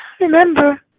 Remember